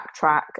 backtrack